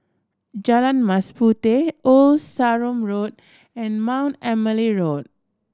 Jalan Mas Puteh Old Sarum Road and Mount Emily Road